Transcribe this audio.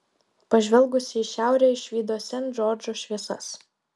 pažvelgusi į šiaurę išvydo sent džordžo šviesas